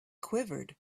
quivered